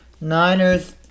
Niners